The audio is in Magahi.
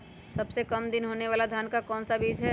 सबसे काम दिन होने वाला धान का कौन सा बीज हैँ?